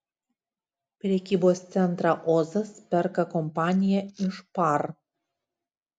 prekybos centrą ozas perka kompanija iš par